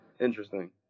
Interesting